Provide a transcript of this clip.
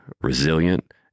resilient